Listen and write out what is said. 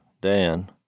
Dan